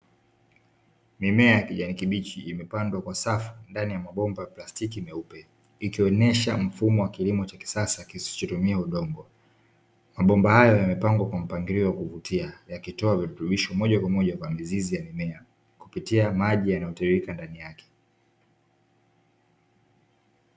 Mimea ya kijani kibichi imepandwa kwa safu ndani ya mabomba ya plastiki meupe, ikionyesha mfumo wa kilimo cha kisasa kisichotumia udongo, mabomba haya yamepangwa kwa mpangilio wa kuvutia yakitoa virutubisho moja kwa moja kwa mizizi ya mimea kupitia maji yanayotiririka ndani yake.